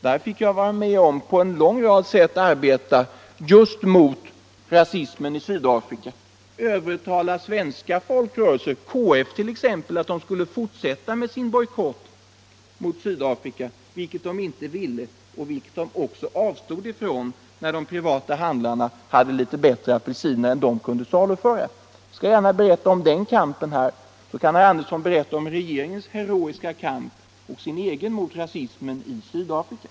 Där fick jag vara med om att på en lång rad sätt arbeta just mot rasismen i Sydafrika och övertala svenska folkrörelser, t.ex. KF, att fortsätta med sin bojkott mot Sydafrika, vilket KF inte ville och också avstod från, när de privata handlarna hade litet bättre apelsiner än KF kunde saluföra. Jag skall gärna berätta om den kampen här, så kan ju herr Andersson berätta om regeringens och sin egen heroiska kamp mot rasismen i Sydafrika.